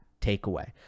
takeaway